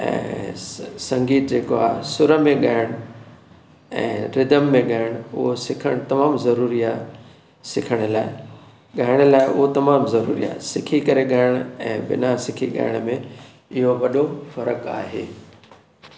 ऐं संगीत जेको आहे सुर में ॻाइणु ऐं रिदम में ॻाइण उहो सिखणु तमामु ज़रूरी आहे सिखण लाइ ॻाइण लाइ उहो तमामु ज़रूरी आहे सिखी करे ॻाइणु ऐं बिना सिखी ॻाइण में इहो वॾो फ़र्कु आहे